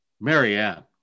Marianne